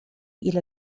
إلى